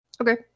Okay